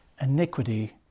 iniquity